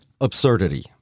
absurdity